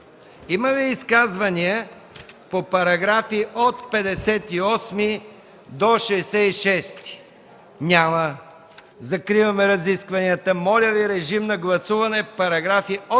Има ли изказвания по параграфи от 58 до 66? Няма. Закриваме разискванията. Моля Ви, режим на гласуване за параграфи 58,